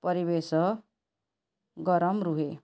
ପରିବେଶ ଗରମ ରୁହେ